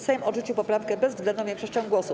Sejm odrzucił poprawkę bezwzględną większością głosów.